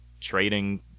trading